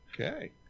okay